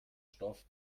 stoff